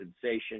sensation